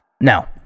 no